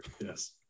yes